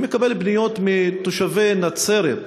אני מקבל פניות מתושבי נצרת,